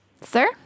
Sir